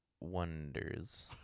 Wonders